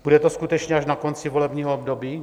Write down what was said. Bude to skutečně až na konci volebního období?